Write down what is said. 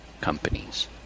companies